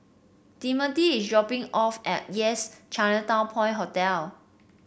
Timothy is dropping off at Yes Chinatown Point Hotel